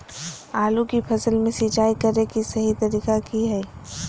आलू की फसल में सिंचाई करें कि सही तरीका की हय?